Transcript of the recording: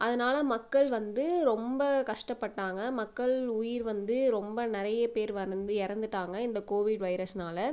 அதனால் மக்கள் வந்து ரொம்ப கஷ்டப்பட்டாங்க மக்கள் உயிர் வந்து ரொம்ப நிறைய பேர் வந்து இறந்துட்டாங்க இந்த கோவிட் வைரஸினால்